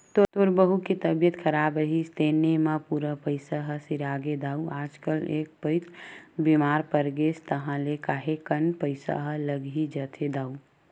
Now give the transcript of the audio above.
तोर बहू के तबीयत खराब रिहिस तेने म पूरा पइसा ह सिरागे दाऊ आजकल एक पइत बेमार परगेस ताहले काहेक कन पइसा ह लग ही जाथे दाऊ